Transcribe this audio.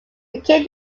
became